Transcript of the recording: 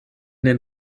den